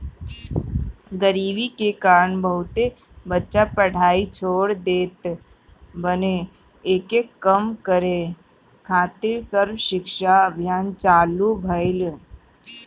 गरीबी के कारण बहुते बच्चा पढ़ाई छोड़ देत बाने, एके कम करे खातिर सर्व शिक्षा अभियान चालु भईल